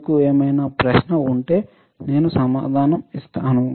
మీకు ఏమైనా ప్రశ్న ఉంటే నేను సమాధానం ఇస్తాను